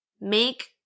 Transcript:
make